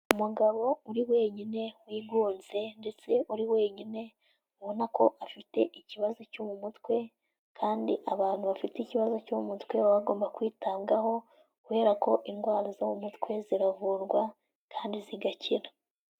Umugabo uri wenyine wigunze ndetse uri wenyine ubona ko afite ikibazo cyo mu mutwe kandi abantu bafite ikibazo cyo mu mutwe baba bagomba kwitangabwaho kubera ko indwara zo mu mutwe ziravurwa kandi zigakira.